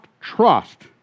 trust